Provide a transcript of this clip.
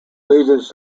legions